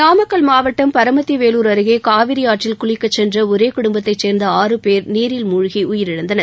நாமக்கல் மாவட்டம் பரமத்தி வேலூர் அருகே காவிரி ஆற்றில் குளிக்கச் சென்ற ஒரே குடும்பத்தைச் சேர்ந்த ஆறு பேர் நீரில் மூழ்கி உயிரிழந்தனர்